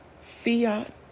fiat